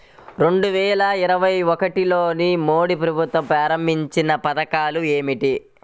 రెండు వేల ఇరవై ఒకటిలో మోడీ ప్రభుత్వం ప్రారంభించిన పథకాలు ఏమిటీ?